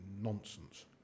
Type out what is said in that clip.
nonsense